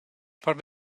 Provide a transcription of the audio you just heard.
far